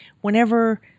whenever